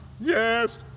Yes